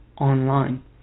online